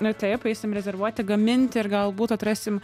taip eisim rezervuoti gaminti ir galbūt atrasim